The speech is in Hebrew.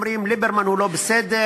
אומרים: ליברמן לא בסדר,